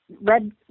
Red